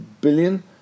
billion